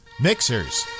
mixers